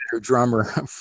drummer